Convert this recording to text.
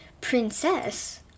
Princess